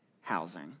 housing